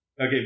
Okay